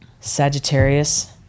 Sagittarius